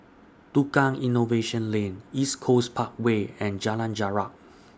Tukang Innovation Lane East Coast Parkway and Jalan Jarak